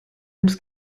ums